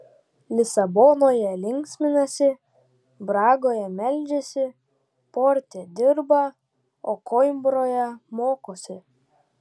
lisabonoje linksminasi bragoje meldžiasi porte dirba o koimbroje mokosi